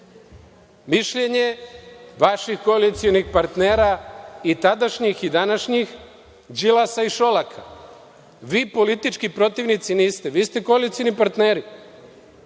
Mišljenje vaših koalicionih partnera, i tadašnjih, i današnjih, Đilasa i Šolaka. Vi politički protivnici niste. Vi ste koalicioni partneri.